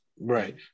right